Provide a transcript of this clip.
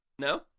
No